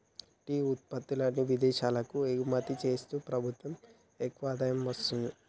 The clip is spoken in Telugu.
టీ ఉత్పత్తుల్ని విదేశాలకు ఎగుమతి చేస్తూ ప్రభుత్వం ఎక్కువ ఆదాయం వస్తుంది